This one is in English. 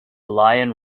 lion